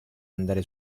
andare